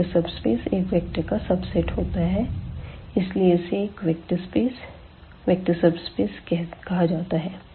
vector subspace एक vector का subset होता है इसलिए इसे एक वेक्टर सबस्पेस कहा जाता है